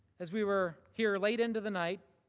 as we were here late into the night,